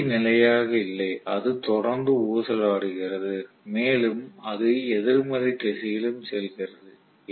சக்தி நிலையாக இல்லை அது தொடர்ந்து ஊசலாடுகிறது மேலும் அது எதிர்மறை திசையிலும் செல்கிறது